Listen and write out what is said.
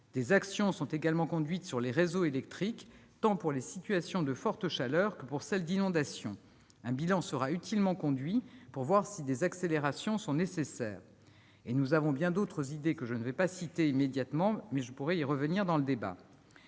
Des actions sont conduites sur les réseaux électriques, tant pour les situations de forte chaleur que pour celles liées à des inondations. Un bilan sera utilement conduit pour voir si des accélérations sont nécessaires. Et nous avons bien d'autres idées ; je ne les citerai pas maintenant, mais je pourrai le faire durant notre débat.